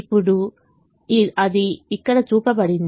ఇప్పుడు అది ఇక్కడ చూపబడింది